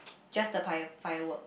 just the fire~ firework